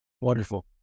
Wonderful